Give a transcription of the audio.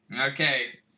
Okay